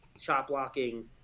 shot-blocking